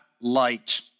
light